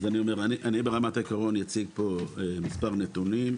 אני ברמת העיקרון אציג פה מספר נתונים,